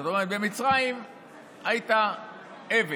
זאת אומרת: במצרים היית עבד,